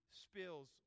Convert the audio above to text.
spills